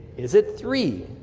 is it three?